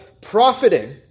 profiting